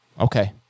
Okay